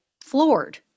floored